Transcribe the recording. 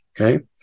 Okay